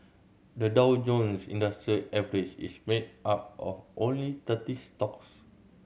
the Dow Jones Industrial Average is made up of only thirty stocks